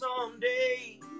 someday